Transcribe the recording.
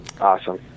awesome